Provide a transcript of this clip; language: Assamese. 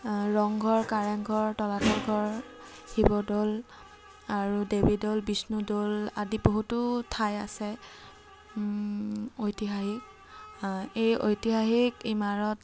ৰংঘৰ কাৰেং ঘৰ তলাতল ঘৰ শিৱদৌল আৰু দেৱীদৌল বিষ্ণুদৌল আদি বহুতো ঠাই আছে ঐতিহাসিক এই ঐতিহাসিক ইমাৰত